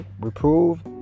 Reprove